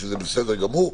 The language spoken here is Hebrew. שזה בסדר גמור,